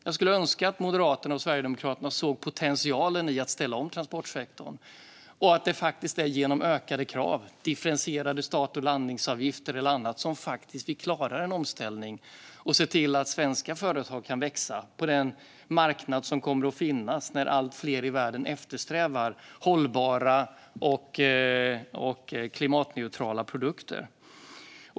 Jag skulle önska att Moderaterna och Sverigedemokraterna såg potentialen i att ställa om transportsektorn och att det är genom ökade krav, differentierade start och landningsavgifter och annat som vi faktiskt klarar omställningen och ser till att svenska företag kan växa på den marknad som kommer att finnas när allt fler i världen eftersträvar hållbara och klimatneutrala produkter.